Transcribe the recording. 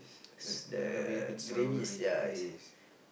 it's a a may be a bit soury